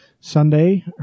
Sunday